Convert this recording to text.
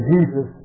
Jesus